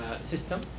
system